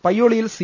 പയ്യോളിയിൽ C